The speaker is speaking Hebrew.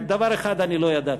רק דבר אחד לא ידעתי: